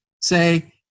say